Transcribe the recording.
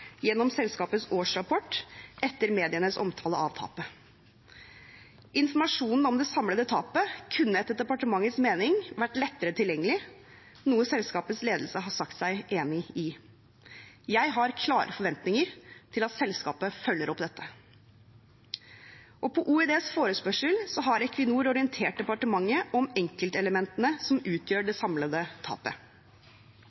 gjennom selskapets årsrapport etter medienes omtale av tapet. Informasjonen om det samlede tapet kunne etter departementets mening ha vært lettere tilgjengelig, noe selskapets ledelse har sagt seg enig i. Jeg har klare forventninger til at selskapet følger opp dette. På OEDs forespørsel har Equinor orientert departementet om enkeltelementene som utgjør det